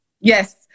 Yes